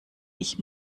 ich